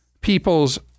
people's